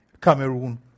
Cameroon